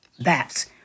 bats